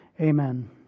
amen